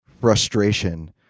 frustration